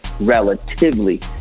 relatively